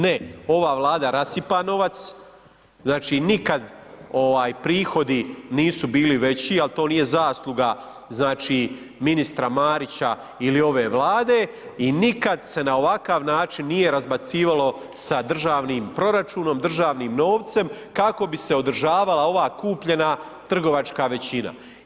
Ne, ova Vlada rasipa novac znači nikad prihodi nisu bili veći, ali to nije zasluga ministra Marića ili ove Vlade i nikad se na ovakav način nije razbacivalo sa državnim proračunom, državnim novcem kako bi se održavala ova kupljena trgovačka većina.